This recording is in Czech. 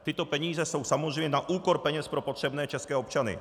Tyto peníze jsou samozřejmě na úkor peněz pro potřebné české občany.